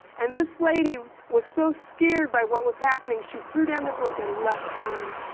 and this lady was so scared by what was happening, she threw down the book and left the room.